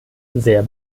sehr